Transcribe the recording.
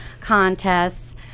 contests